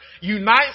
unites